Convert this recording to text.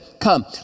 come